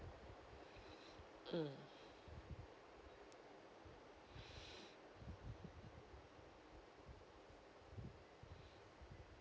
mm